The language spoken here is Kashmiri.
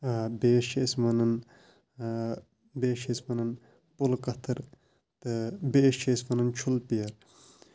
آ بیٚیِس چھِ أسۍ وَنان آ بیٚیِس چھِ أسۍ وَنان کُلہٕ کَتٕر تہٕ بیٚیِس چھِ أسۍ وَنان چھُمہٕ پیٖر